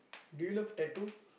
do you love tattoo